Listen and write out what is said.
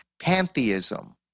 pantheism